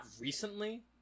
recently